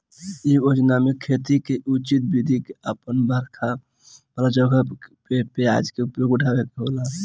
इ योजना में खेती के उचित विधि के अपना के बरखा वाला जगह पे उपज के बढ़ावे के होला